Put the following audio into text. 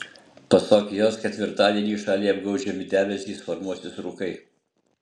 pasak jos ketvirtadienį šalį apgaubs žemi debesys formuosis rūkai